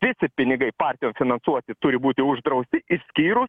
visi pinigai partijom finansuoti turi būti uždrausti išskyrus